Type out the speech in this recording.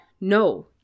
no